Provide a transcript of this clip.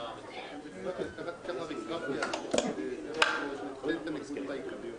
הדיון וחוזרים להצבעה